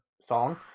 song